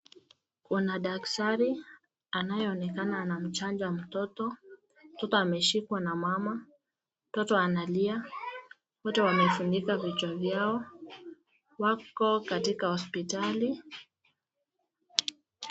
Wana daktari anayeonekana anamchanja mtoto, mtoto ameshikwa na mama, mtoto analia, wote wanafunika vichwa vyao. Wako katika hospitali.